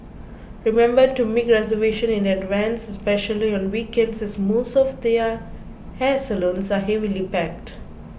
remember to make reservation in advance especially on weekends as most of the uh hair salons are heavily packed